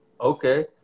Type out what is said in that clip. Okay